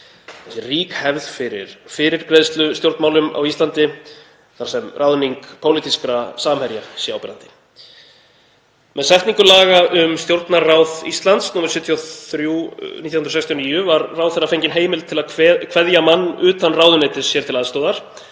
hefð sé fyrir fyrirgreiðslustjórnmálum á Íslandi þar sem ráðningar pólitískra samherja séu áberandi. Með setningu laga um Stjórnarráð Íslands, nr. 73/1969, var ráðherra fengin heimild til að kveðja mann utan ráðuneytis sér til aðstoðar